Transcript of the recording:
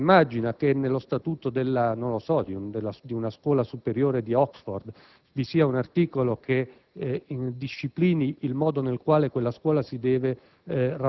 Lei si immagina che nello statuto di una scuola superiore di Oxford vi sia un articolo che disciplini il modo nel quale quella scuola si deve